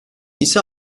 ise